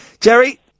Jerry